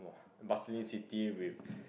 bustling city with